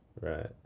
Right